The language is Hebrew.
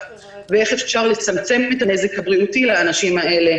ואיך אפשר לצמצם את הנזק הבריאותי לאנשים האלה